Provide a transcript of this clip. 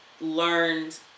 learned